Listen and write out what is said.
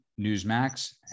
newsmax